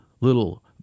little